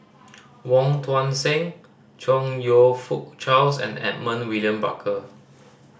Wong Tuang Seng Chong You Fook Charles and Edmund William Barker